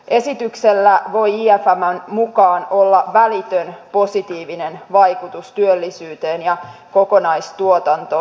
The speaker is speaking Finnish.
esityksellä voi imfn mukaan olla välitön positiivinen vaikutus työllisyyteen ja kokonaistuotantoon